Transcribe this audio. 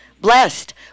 blessed